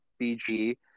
BG